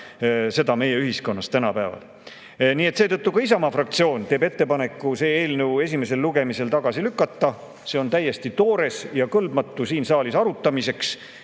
seda meie ühiskonnas tänapäeval. Seetõttu ka Isamaa fraktsioon teeb ettepaneku eelnõu esimesel lugemisel tagasi lükata. See on täiesti toores ja kõlbmatu siin saalis arutamiseks,